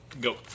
Go